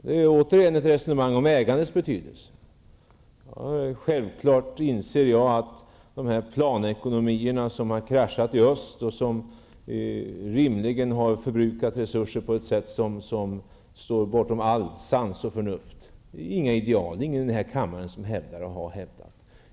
Det är återigen ett resonemang om ägandets betydelse. Självfallet inser jag att de planekonomier som har kraschat i öst och som rimligen har förbrukat resurser på ett sätt som står bortom all sans och allt förnuft inte är några ideal. Det är ingen i denna kammare som hävdar eller har hävdat det.